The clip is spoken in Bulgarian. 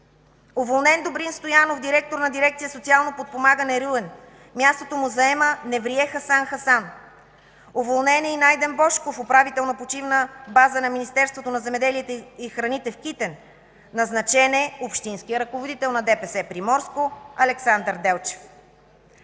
Уволнен е Добрин Стоянов, директор на Дирекция „Социално подпомагане” – Руен. Мястото му заема Небрие Хасан Хасан. Уволнен е и Найден Божков, управител на Почивна база на Министерството на земеделието и храните в Китен. Назначен е общинският ръководител на ДПС в Приморско Александър Делчев.